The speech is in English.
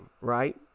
right